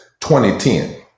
2010